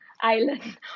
island